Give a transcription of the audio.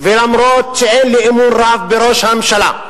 ואף-על-פי שאין לי אמון רב בראש הממשלה,